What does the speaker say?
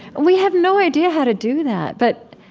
we have no idea how to do that, but